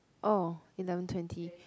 oh eleven twenty